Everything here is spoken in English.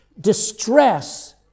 distress